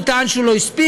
הוא טען שהוא לא הספיק,